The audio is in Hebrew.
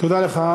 תודה לך.